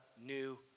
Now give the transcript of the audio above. new